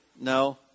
No